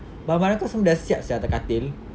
barang-barang kau semua dah siap sia atas katil